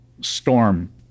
storm